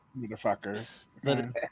Motherfuckers